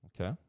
okay